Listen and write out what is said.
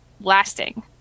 lasting